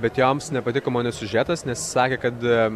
bet joms nepatiko mano siužetas nes sakė kad aaa